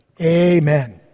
Amen